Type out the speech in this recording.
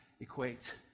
equate